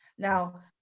Now